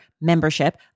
membership